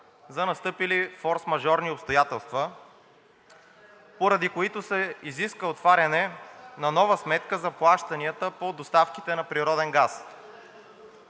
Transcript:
за настъпили форсмажорни обстоятелства, поради които се изисква отваряне на нова сметка за плащанията по доставките на природен газ,